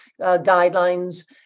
guidelines